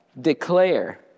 Declare